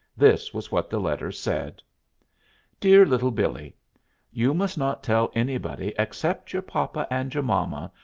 this was what the letter said dear little billee you must not tell anybody except your papa and your mama,